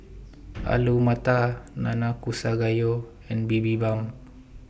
Alu Matar Nanakusa Gayu and Bibimbap